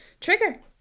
Trigger